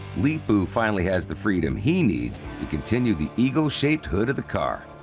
leepu finally has the freedom he needs to continue the eagle-shaped hood of the car.